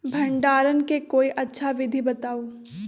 भंडारण के कोई अच्छा विधि बताउ?